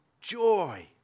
joy